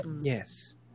Yes